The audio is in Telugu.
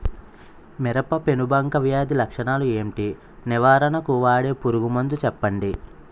మిరప పెనుబంక వ్యాధి లక్షణాలు ఏంటి? నివారణకు వాడే పురుగు మందు చెప్పండీ?